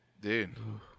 Dude